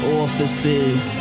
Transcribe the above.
offices